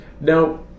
now